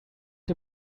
dem